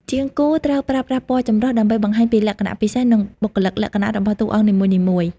ជាងគូរត្រូវប្រើប្រាស់ពណ៌ចម្រុះ ដើម្បីបង្ហាញពីលក្ខណៈពិសេស និងបុគ្គលិកលក្ខណៈរបស់តួអង្គនីមួយៗ។